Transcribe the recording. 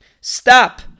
stop